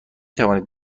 توانید